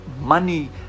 money